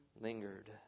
lingered